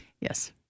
Yes